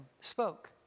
spoke